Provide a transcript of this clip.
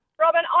Robin